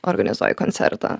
organizuoji koncertą